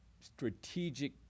strategic